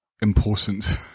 important